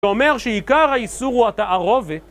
הוא אומר שעיקר האיסור הוא התערובת